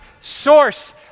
source